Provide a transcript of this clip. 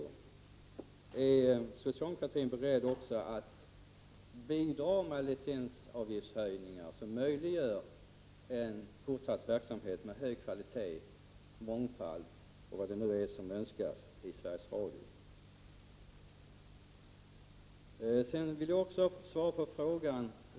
Är socialdemokraterna beredda att bidra med licensavgiftshöjningar, som möjliggör en fortsatt verksamhet med hög kvalitet, mångfald och vad det nu är som önskas inom Sveriges Radio?